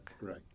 Right